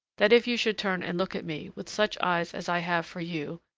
that if you should turn and look at me with such eyes as i have for you,